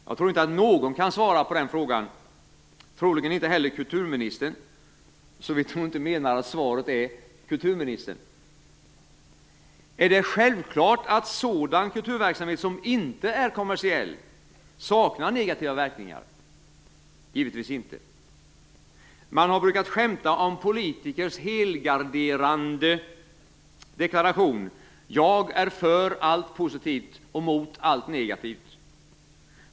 Jag tror inte att någon kan svara på den frågan - troligen inte heller kulturministern, såvida hon inte menar att svaret är kulturministern. Är det självklart att sådan kulturverksamhet som inte är kommersiell saknar negativa verkningar? Givetvis inte. Man har brukat skämta om politikers helgarderande deklaration: Jag är för allt positivt och mot allt negativt.